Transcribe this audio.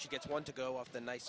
she gets one to go off the nice